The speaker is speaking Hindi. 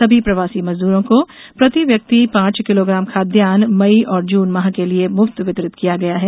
सभी प्रवासी मजदूरों को प्रतिव्यक्ति पांच किलोग्राम खाद्यान्न मई और जून माह के लिए मुफ्त वितरित किया गया है